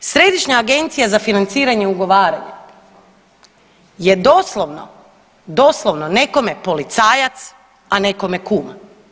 Središnja agencija za financiranje i ugovaranje je doslovno, doslovno nekome policajac, a nekome kum.